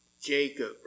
Jacob